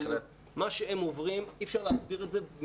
מה שהם עוברים אי אפשר להסביר את זה,